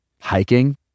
hiking